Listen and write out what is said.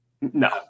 No